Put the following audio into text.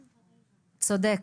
צודק.